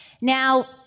Now